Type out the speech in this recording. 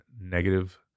negative